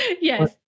Yes